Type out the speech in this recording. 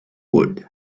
wood